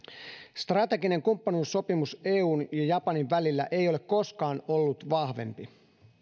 strateginen kumppanuussopimus eun ja japanin välillä ei ole koskaan ollut vahvempi